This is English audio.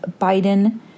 Biden